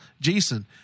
Jason